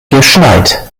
geschneit